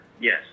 yes